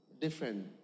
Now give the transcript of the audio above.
different